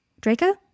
Draco